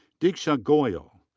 deeksha goyal.